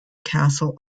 castle